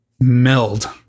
meld